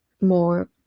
more